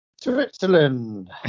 Switzerland